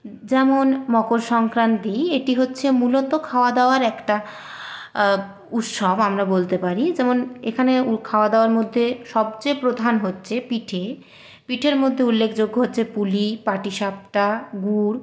যেমন মকর সংক্রন্তি এটি হচ্ছে মূলত খাওয়াদাওয়ার একটা উৎসব আমরা বলতে পারি যেমন এখানে খাওয়াদাওয়ার মধ্যে সবচেয়ে প্রধান হচ্ছে পিঠে পিঠের মধ্যে উল্লেখযোগ্য হচ্ছে পুলি পাটিসাপটা গুড়